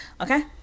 Okay